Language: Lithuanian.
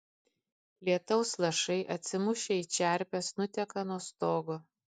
lietaus lašai atsimušę į čerpes nuteka nuo stogo